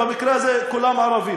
במקרה הזה כולם ערבים,